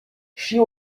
she